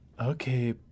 Okay